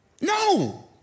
No